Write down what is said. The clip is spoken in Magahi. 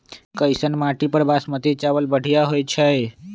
कैसन माटी पर बासमती चावल बढ़िया होई छई?